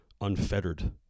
unfettered